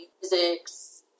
physics